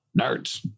nerds